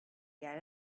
get